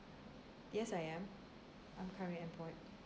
yes I am I'm currently employed